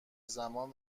زمان